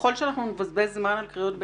ככל שאנחנו נבזבז זמן על קריאות ביניים,